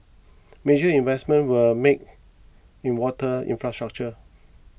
major investments were made in water infrastructure